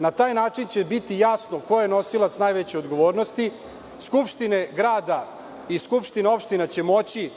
Na taj način će biti jasno ko je nosilac najveće odgovornosti. Skupštine grada i skupštine opštine će moći